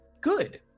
good